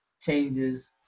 changes